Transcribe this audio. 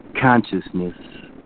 consciousness